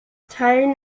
teilen